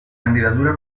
candidatura